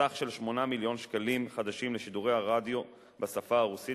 סך של 8 מיליון ש"ח לשידורי הרדיו בשפה הרוסית